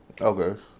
Okay